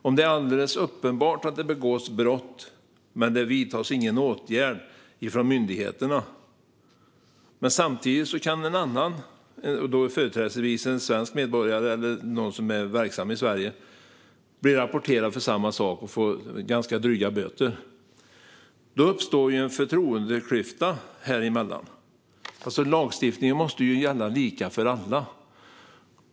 Om det är alldeles uppenbart att det begås brott men det inte vidtas någon åtgärd från myndigheterna och att det samtidigt är någon annan, företrädesvis en svensk medborgare eller någon som är verksam i Sverige, som blir rapporterad för samma sak och får ganska dryga böter uppstår en förtroendeklyfta. Lagstiftningen måste ju gälla lika för alla.